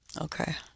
Okay